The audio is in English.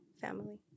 Family